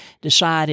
decided